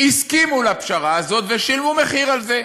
הסכימו לפשרה הזאת ושילמו מחיר על זה.